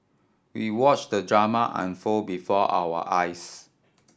we watched the drama unfold before our eyes